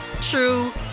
true